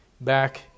back